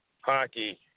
hockey